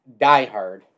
diehard